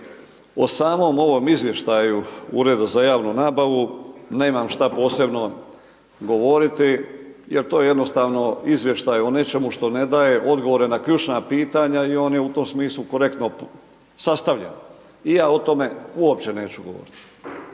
O samom ovom izvješću Ureda za javnu nabavu, nemam što posebno govoriti, jer to je jednostavno izvješća o nečemu što ne daje odgovore na ključna pitanja i on je u tom smislu, korektno sastavljen. I ja o tome uopće neću govoriti.